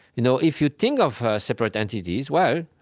you know if you think of separate entities, well,